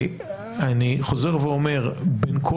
אני חוזר ואומר, בין כל